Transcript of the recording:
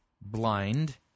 blind